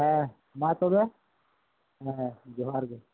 ᱦᱮᱸ ᱢᱟ ᱛᱚᱵᱮ ᱦᱮᱸ ᱡᱚᱦᱟᱨ ᱜᱮ